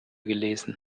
gelesen